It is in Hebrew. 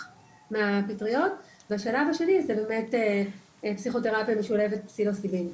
מהפטריות והשלב השני זה פסיכותרפיה משולבת פסילוציבין.